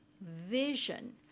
vision